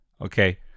Okay